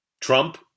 Trump